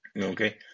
Okay